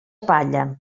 palla